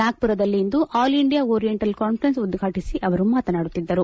ನಾಗ್ಪುರದಲ್ಲಿಂದು all India oriental conference ಉದ್ಘಾಟಿಸಿ ಅವರು ಮಾತನಾಡುತ್ತಿದ್ದರು